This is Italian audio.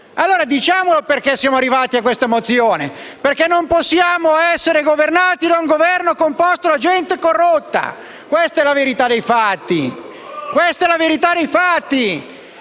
Diciamolo perché siamo arrivati a questa mozione: perché non possiamo essere governati da un Governo composto da gente corrotta! Questa è la verità dei fatti!